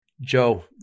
Joe